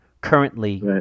currently